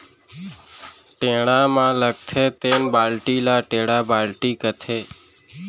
टेड़ा म लगथे तेन बाल्टी ल टेंड़ा बाल्टी कथें